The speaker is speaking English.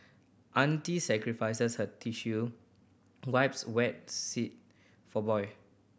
auntie sacrifices her tissue wipes wet seat for boy